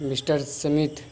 mister سمت